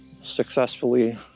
successfully